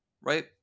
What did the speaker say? right